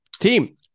Team